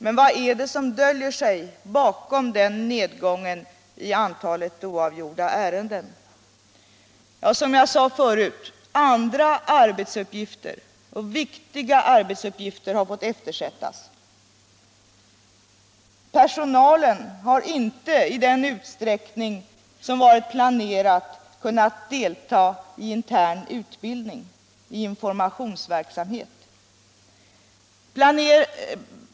Men vad är det som döljer sig bakom nedgången i antalet oavgjorda ärenden? Andra och viktiga arbetsuppgifter har, som jag förut sade, fått eftersättas. Personalen har inte i den utsträckning som var planerad kunnat delta i intern utbildning och i informationsverksamhet.